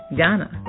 Ghana